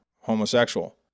homosexual